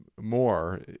more